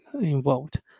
involved